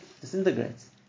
disintegrates